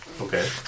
Okay